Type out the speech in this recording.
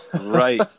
right